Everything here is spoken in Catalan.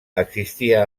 existia